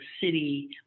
city